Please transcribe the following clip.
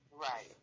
Right